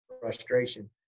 frustration